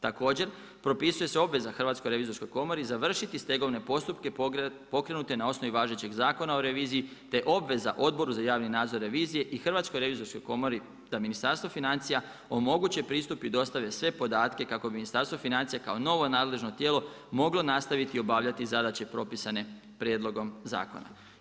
Također propisuje se obveza Hrvatskoj revizorskoj komori završiti stegovne postupke pokrenute na osnovi važećeg Zakona o reviziji, te obveza Odboru za javni nadzor revizije i Hrvatskoj revizorskoj komori da Ministarstvo financija omogući i pristupi, dostavi sve podatke kako Ministarstvo financija kao novo nadležno tijelo moglo nastaviti obavljati zadaće propisane prijedlogom zakona.